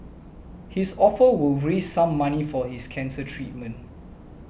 his offer will raise some money for his cancer treatment